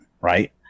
right